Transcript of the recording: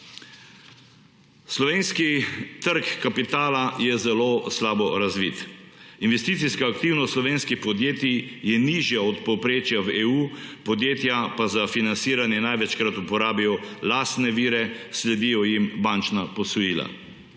Slovenski trg kapitala je zelo slabo razvit. Investicijska aktivnost slovenskih podjetjih je nižja od povprečja v EU, podjetja pa za financiranje največkrat uporabijo lastne vire, sledijo jim bančna posojila.